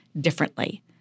differently